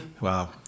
Wow